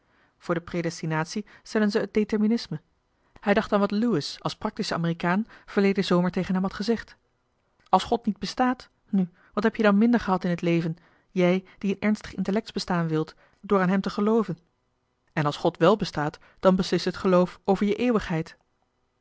voor de predestinatie stellen ze het determinisme hij dacht aan wat lewis als praktische amerikaan verleden zomer tegen hem had gezegd als god niet bestaat nu wat heb je dan minder gehad in het leven jij die een ernstig intellects bestaan wilt door aan hem te gelooven en als god wel bestaat dan beslist het geloof over je eeuwigheid